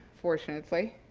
fortunately,